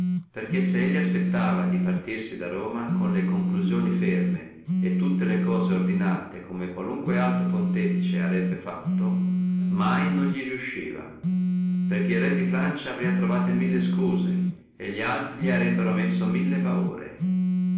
perché se elli aspettava di partirsi da roma con le conclusione ferme e tutte le cose ordinate come qualunque altro pontefice arebbe fatto mai li riusciva perché el re di francia arebbe avuto mille scuse e li altri messo mille paure